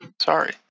sorry